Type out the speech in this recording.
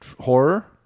Horror